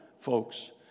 folks